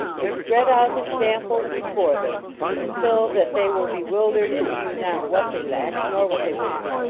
and spread out his samples before them until that they were bewildered and knew not what they lacked nor what they wanted,